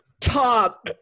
top